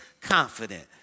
confident